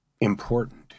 important